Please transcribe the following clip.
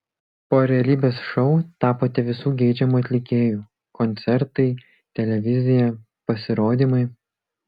po realybės šou tapote visų geidžiamu atlikėju koncertai televizija pasirodymai